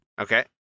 Okay